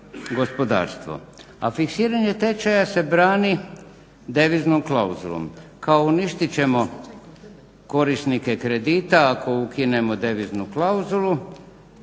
gospodarstvo, a fiksiranje tečaja se brani deviznom klauzulom. Kao uništit ćemo korisnike kredita ako ukinemo deviznu klauzulu,